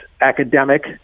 academic